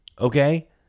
Okay